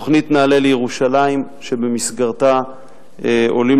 תוכנית "נעלה לירושלים" שבמסגרתה עולים